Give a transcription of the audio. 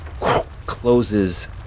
closes